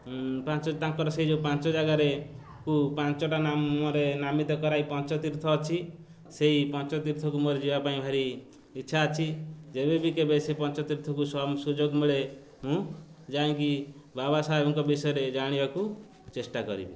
ପାଞ୍ଚ ତାଙ୍କର ସେଇ ଯେଉଁ ପାଞ୍ଚ ଜାଗାରେ ପାଞ୍ଚଟା ନାମରେ ନାମିତ କରାଇ ପଞ୍ଚ ତୀର୍ଥ ଅଛି ସେଇ ପଞ୍ଚ ତୀର୍ଥକୁ ମୋର ଯିବା ପାଇଁ ଭାରି ଇଚ୍ଛା ଅଛି ଯେବେ ବିି କେବେ ସେ ପଞ୍ଚ ତୀର୍ଥକୁ ସୁଯୋଗ ମିଳେ ମୁଁ ଯାଇକି ବାବା ସାହେବଙ୍କ ବିଷୟରେ ଜାଣିବାକୁ ଚେଷ୍ଟା କରିବି